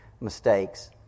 mistakes